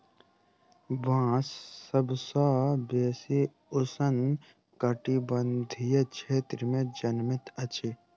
बांस सभ सॅ बेसी उष्ण कटिबंधीय क्षेत्र में जनमैत अछि